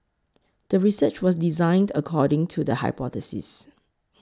the research was designed according to the hypothesis